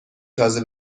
تازه